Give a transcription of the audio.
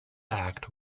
act